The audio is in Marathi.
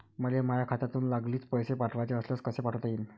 मले माह्या खात्यातून लागलीच पैसे पाठवाचे असल्यास कसे पाठोता यीन?